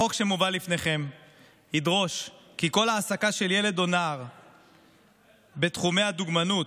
החוק שמובא לפניכם ידרוש כי כל העסקה של ילד או נער בתחומי הדוגמנות,